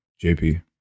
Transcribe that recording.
JP